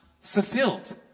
fulfilled